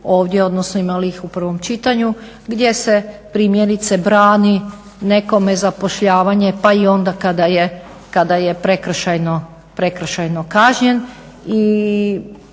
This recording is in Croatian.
ovdje, odnosno imali ih u prvom čitanju gdje se primjerice brani nekome zapošljavanje pa i onda kada je prekršajno kažnjen